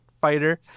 Fighter